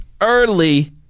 early